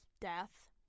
death